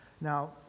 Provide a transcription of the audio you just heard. Now